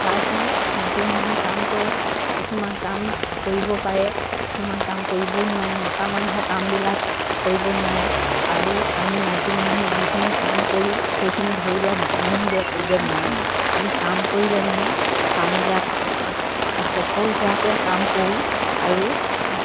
চাই চাই মাইকী মানুহে কাম কৰে কিছুমান কাম কৰিব পাৰে কিছুমান কাম কৰিব নোৱাৰে মতা মানুহৰ কামবিলাক কৰিব নোৱাৰে আৰু আমি মাইকী মানুহে যিখিনি কাম কৰোঁ সেইখিনি ধৰি লোৱা মতা মানুহ বোৰে কৰিব নোৱাৰে আমি কাম কৰিলে মানে কামবিলাক সফল হোৱাকে কাম কৰোঁ আৰু